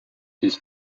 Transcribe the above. his